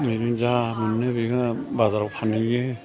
बेजों जा मोनो बेखौनो बाजाराव फानहैयो